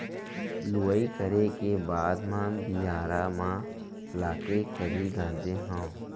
लुवई करे के बाद म बियारा म लाके खरही गांजे हँव